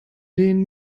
den